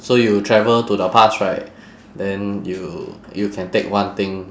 so you travel to the past right then you you can take one thing